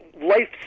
life